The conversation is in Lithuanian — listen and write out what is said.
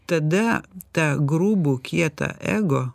tada tą grubų kietą ego